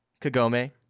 Kagome